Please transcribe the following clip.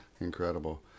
Incredible